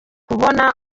kubona